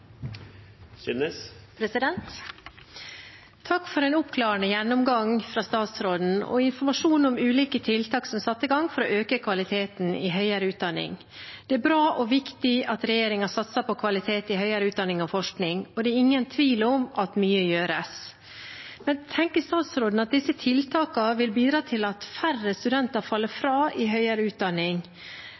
satt i gang for å øke kvaliteten i høyere utdanning. Det er bra og viktig at regjeringen satser på kvalitet i høyere utdanning og forskning, og det er ingen tvil om at mye gjøres. Men tenker statsråden at disse tiltakene vil bidra til at færre studenter faller fra i høyere utdanning,